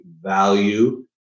value